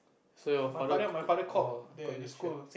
so your father got orh got this shirt